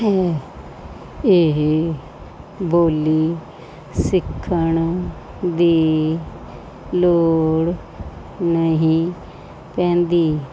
ਹੈ ਇਹ ਬੋਲੀ ਸਿੱਖਣ ਦੀ ਲੋੜ ਨਹੀਂ ਪੈਂਦੀ